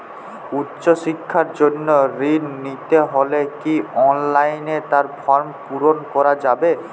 উচ্চশিক্ষার জন্য ঋণ নিতে হলে কি অনলাইনে তার ফর্ম পূরণ করা যাবে?